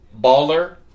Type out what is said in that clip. baller